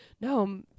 no